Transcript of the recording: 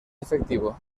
efectivo